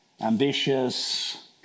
ambitious